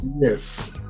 Yes